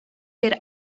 der